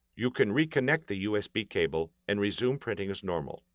you can reconnect the usb cable and resume printing as normal.